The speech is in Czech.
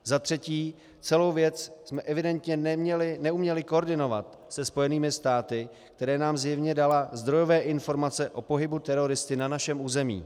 Za třetí, celou věc jsme evidentně neuměli koordinovat se Spojenými státy, které nám zjevně daly zdrojové informace o pohybu teroristy na našem území.